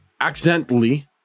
accidentally